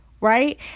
right